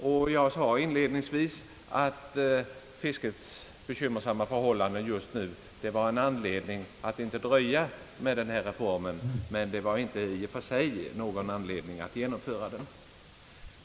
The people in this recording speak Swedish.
Jag sade också inledningsvis att fiskets bekymmersamma förhållanden just nu är en anledning till att inte dröja med denna reform, men att de inte i och för sig utgör något motiv för den.